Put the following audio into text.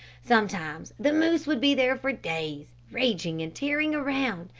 sometimes the moose would be there for days, raging and tearing around,